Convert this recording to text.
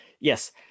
yes